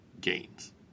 gains